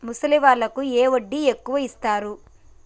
ముసలి వాళ్ళకు ఏ వడ్డీ ఎక్కువ ఇస్తారు?